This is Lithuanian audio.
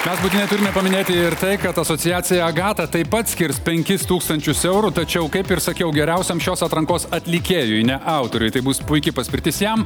mes būtinai turime paminėti tai kad asociacija agata taip pat skirs penkis tūkstančius eurų tačiau kaip ir sakiau geriausiam šios atrankos atlikėjui ne autoriui tai bus puiki paspirtis jam